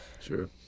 sure